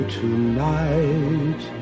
tonight